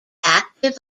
active